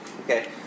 Okay